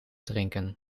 drinken